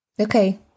Okay